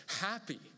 happy